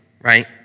right